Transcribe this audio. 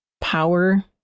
power